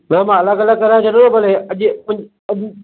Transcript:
न मां अलॻि अलॻि कराए छॾींदुमि पर अॼु अॼु